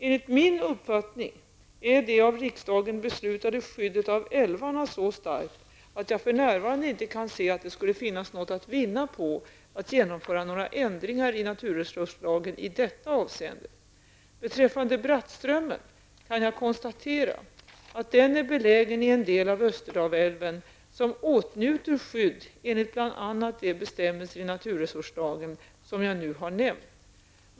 Enligt min uppfattning är det av riksdagen beslutade skyddet av älvarna så starkt att jag för närvarande inte kan se att det skulle finnas något att vinna på att genomföra några ändringar i naturresurslagen i detta avseende. Beträffande Brattströmmen kan jag konstatera att den är belägen i en del av Österdalälven som åtnjuter skydd enligt bl.a. de bestämmelser i naturresurslagen som jag nu har nämnt.